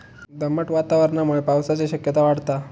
दमट वातावरणामुळे पावसाची शक्यता वाढता